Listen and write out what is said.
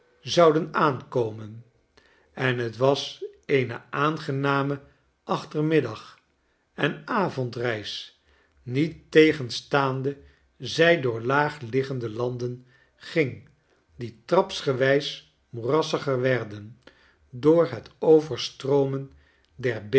zouden aankomen en het was eene aangename achtermiddag en avondreis niettegenstaande zij door laag liggende landen ging die trapsgewijs moerassiger werden door het overstroomen